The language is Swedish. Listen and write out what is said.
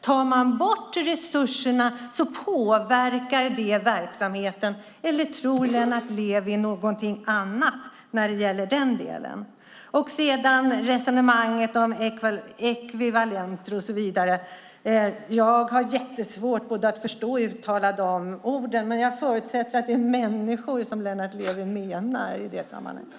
Tar man bort resurserna påverkar det verksamheten. Eller tror Lennart Levi något annat när det gäller den delen? När det gäller resonemanget om ekvivalenter och så vidare har jag jättesvårt både att förstå och uttala de orden. Men jag förutsätter att det är människor som Lennart Levi menar i det sammanhanget.